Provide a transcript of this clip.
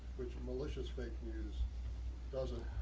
which malicious fake news doesn't.